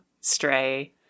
stray